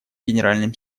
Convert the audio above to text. генеральным